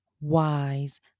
wise